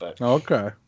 Okay